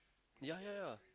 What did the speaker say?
ya ya ya